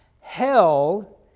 Hell